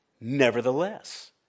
nevertheless